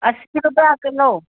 असी रुपिया किलो